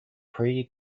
pre